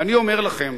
ואני אומר לכם,